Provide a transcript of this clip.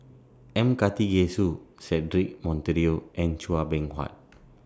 M Karthigesu Cedric Monteiro and Chua Beng Huat